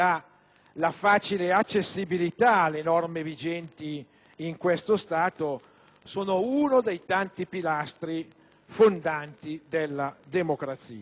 la facile accessibilità alle norme vigenti in questo Stato sono uno dei tanti pilastri fondanti della democrazia.